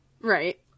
Right